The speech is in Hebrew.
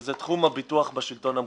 וזה תחום הביטוח בשלטון המקומי.